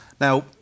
Now